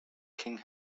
king